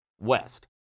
West